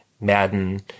Madden